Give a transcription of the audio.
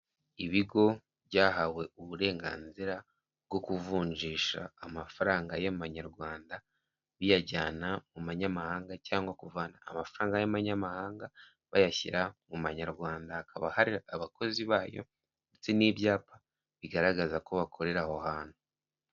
Ibigo byahawe uburenganzira bwo kuvunjisha amafaranga y'amanyarwanda biyajyana mu myamahanga, cyangwa kuvana amafaranga y'abanyamahanga bayashyira mu manyarwanda, hakaba hari abakozi bayo ndetse n'ibyapa bigaragaza ko bakorera aho hantu.